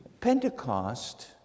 Pentecost